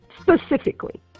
specifically